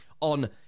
on